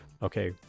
okay